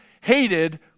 hated